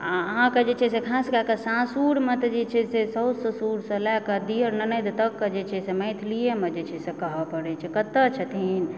आ अहाँकेँ जे छै से खास कए कऽ सासुरमे तऽ छै जे साउस ससुरसँ लए कऽ दिअर ननदि तकके जे छै मैथिलिएमे जे छै से कहऽ पड़ै छै कतहुँ छथिन